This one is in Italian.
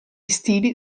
stili